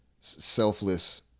selfless